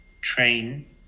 train